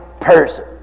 person